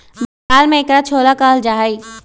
बंगाल में एकरा छोला कहल जाहई